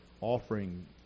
offering